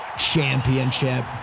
championship